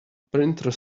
printer